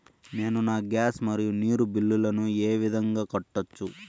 నేను నా గ్యాస్, మరియు నీరు బిల్లులను ఏ విధంగా కట్టొచ్చు?